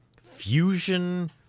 fusion